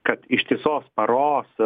kad ištisos paros